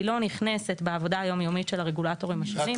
היא לא נכנסת בעבודה היום יומית של הרגולטורים השונים.